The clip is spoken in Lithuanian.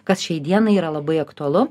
kas šiai dienai yra labai aktualu